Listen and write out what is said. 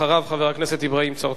חבר הכנסת אברהים צרצור.